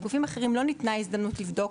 לגופים אחרים לא ניתנה הזדמנות לבדוק.